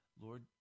Lord